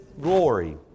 glory